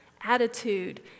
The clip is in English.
attitude